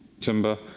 Timber